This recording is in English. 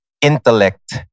intellect